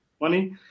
money